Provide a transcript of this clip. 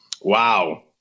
Wow